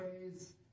ways